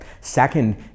Second